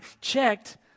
checked